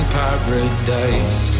paradise